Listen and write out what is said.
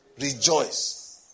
rejoice